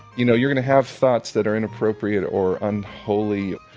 you know, you're going to have thoughts that are inappropriate or unholy.